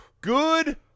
Good